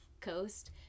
Coast